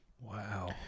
Wow